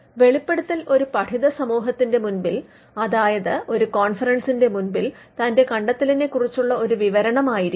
വെളിപ്പെടുത്തൽ ഒരു പഠിത സമൂഹത്തിന്റെ മുൻപിൽ അതായത് ഒരു കോൺഫെറെൻസിന്റെ മുൻപിൽ തന്റെ കണ്ടെത്തലിനെക്കുറിച്ചുള്ള ഒരു വിവരണമായിരിക്കും